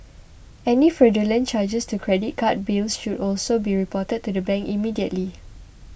any fraudulent charges to credit card bills should also be reported to the bank immediately